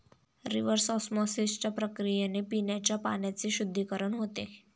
reverse ऑस्मॉसिसच्या प्रक्रियेने पिण्याच्या पाण्याचे शुद्धीकरण होते